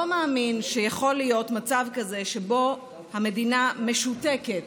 לא מאמין שיכול להיות מצב כזה שבו המדינה משותקת,